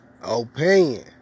Opinion